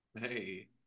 Hey